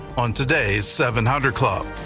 on today's seven hundred club.